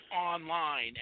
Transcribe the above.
online